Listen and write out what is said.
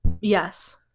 Yes